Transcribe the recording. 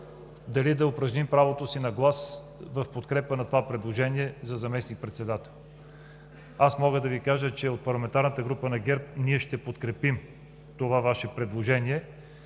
дали да упражним правото си на глас в подкрепа на това предложение за заместник-председател? Аз мога да Ви кажа, че от парламентарната група на ГЕРБ ние ще подкрепим това Ваше предложение.